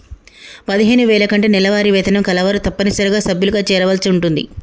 పదిహేను వేల కంటే నెలవారీ వేతనం కలవారు తప్పనిసరిగా సభ్యులుగా చేరవలసి ఉంటుంది